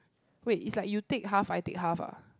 wait it's like you take half I take half ah